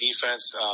defense